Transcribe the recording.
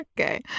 okay